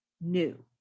new